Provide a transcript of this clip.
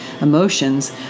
emotions